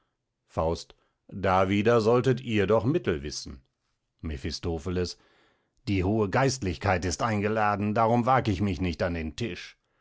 faust dawider solltet ihr doch mittel wißen mephistopheles die hohe geistlichkeit ist eingeladen darum wag ich mich nicht an den tisch